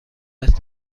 است